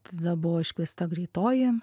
tada buvo iškviesta greitoji